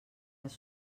les